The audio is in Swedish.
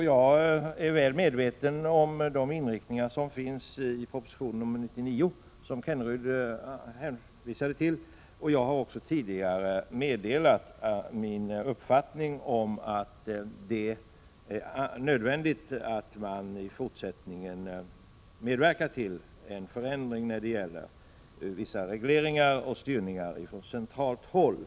Jag är väl medveten om de inriktningar som finns i proposition nr 99 som Kenneryd hänvisade till. Jag har tidigare meddelat min uppfattning att det är nödvändigt att man i fortsättningen medverkar till en förändring när det gäller vissa regleringar och styrningar från centralt håll.